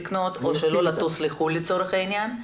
או שלא לטוס לחו"ל לצורך העניין.